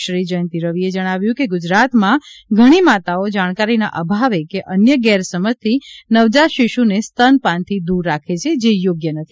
શ્રી જયંતિ રવિએ જણાવ્યું કે ગુજરાતમાં ઘણી માતાઓ જાણકારીના અભાવે કે અન્ય ગેરસમજથી નવજાત શિશુને સ્તનપાનથી દૂર રાખે છે જે યોગ્ય નથી